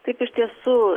taip iš tiesų